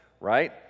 right